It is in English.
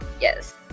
Yes